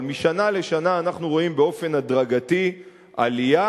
אבל משנה לשנה אנחנו רואים באופן הדרגתי עלייה,